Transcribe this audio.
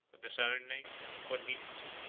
with the surname of corvinus,